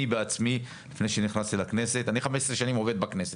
אני 15 שנים עובד בכנסת.